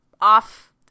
off